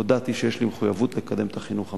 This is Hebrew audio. הודעתי שיש לי מחויבות לקדם את החינוך המשלב,